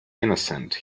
innocent